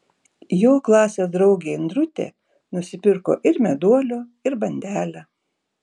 jo klasės draugė indrutė nusipirko ir meduolio ir bandelę